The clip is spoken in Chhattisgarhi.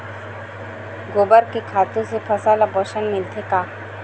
गोबर के खातु से फसल ल पोषण मिलथे का?